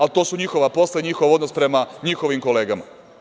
Ali, to su njihova posla i njihov odnos prema njihovim kolegama.